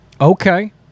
Okay